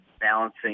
balancing